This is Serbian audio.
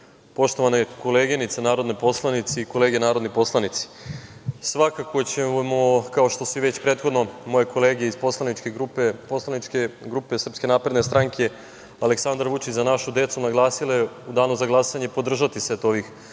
poštovane koleginice narodne poslanice i kolege narodni poslanici, svakako ćemo, kao što su već prethodno moje kolege iz poslaničke grupe SNS "Aleksandar Vučić - Za našu decu" naglasile, u danu za glasanje podržati set ovih zakona